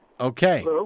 Okay